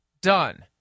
done